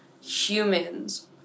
humans